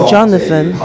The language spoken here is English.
Jonathan